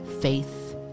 faith